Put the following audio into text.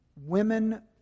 Women